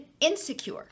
insecure